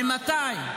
ממתי?